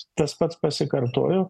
tas pats pasikartojo